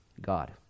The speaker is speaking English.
God